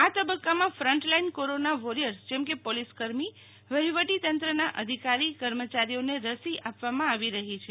આ તબક્કામાં frontline corona warriors જેમ કે પોલીસકર્મી વહીવટીતંત્રના અધીકારી કર્મચારીઓને રસી આપવામાં આવી રહી છે